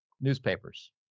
Newspapers